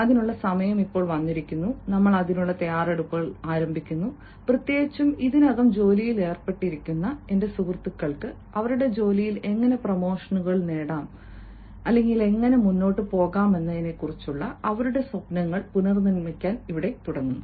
അതിനാൽ സമയം വന്നിരിക്കുന്നു നമ്മൾ അതിനുള്ള തയ്യാറെടുപ്പുകൾ ആരംഭിക്കുന്നു പ്രത്യേകിച്ചും ഇതിനകം ജോലിയിൽ ഏർപ്പെട്ടിരിക്കുന്ന എന്റെ സുഹൃത്തുക്കൾക്ക് അവരുടെ ജോലിയിൽ എങ്ങനെ പ്രമോഷനുകൾ നേടാം എങ്ങനെ മുന്നോട്ട് പോകാമെന്നതിനെക്കുറിച്ചുള്ള അവരുടെ സ്വപ്നങ്ങൾ പുനർനിർമ്മിക്കാൻ തുടങ്ങുന്നു